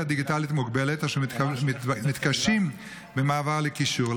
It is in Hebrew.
דיגיטלית מוגבלת אשר מתקשה במעבר לקישור.